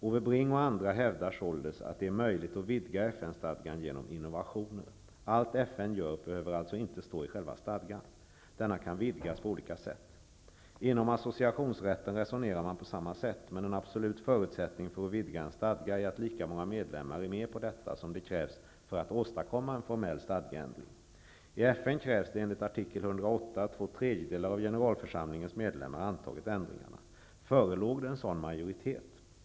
Ove Bring och andra hävdar således att det är möjligt att vidga FN-stadgan genom ''innovationer''. Allt FN gör behöver alltså inte stå i själva stadgan. Denna kan vidgas på olika sätt. Inom associationsrätten resonerar man på samma sätt, men en absolut förutsättning för att vidga en stadga är att lika många medlemmar är med på detta som det krävs för att åstadkomma en formell stadgeändring. I FN krävs enligt artikel 108 att två tredjedelar av generalförsamlingens medlemmar antagit ändringarna. Förelåg en sådan majoritet?